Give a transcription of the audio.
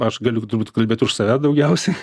aš galiu kalbėti už save daugiausiai